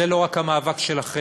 זה לא רק המאבק שלכם,